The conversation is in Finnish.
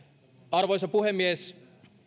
arvoisa puhemies